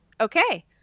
Okay